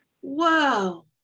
Whoa